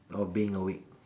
of being awake